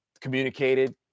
communicated